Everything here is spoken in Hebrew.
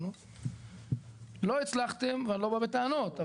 לא הצלחתם ואני לא בא בטענות.